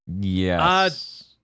Yes